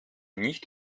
nicht